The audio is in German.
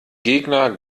gegner